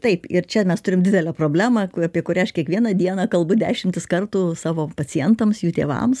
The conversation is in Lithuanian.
taip ir čia mes turim didelę problemą apie kurią aš kiekvieną dieną kalbu dešimtis kartų savo pacientams jų tėvams